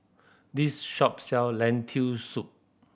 this shop sell Lentil Soup